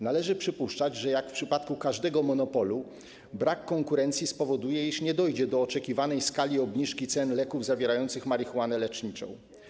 Należy przypuszczać, że jak w przypadku każdego monopolu brak konkurencji spowoduje, iż nie dojdzie do oczekiwanej skali obniżki cen leków zawierających marihuanę leczniczą.